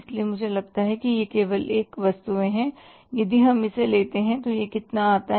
इसलिए मुझे लगता है कि ये केवल यह वस्तुएँ हैं यदि हम इसे लेते हैं तो यह कितना आता है